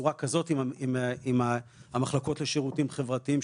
בצורה כזאת עם המחלקות לשירותים חברתיים,